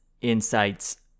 insights